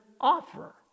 offer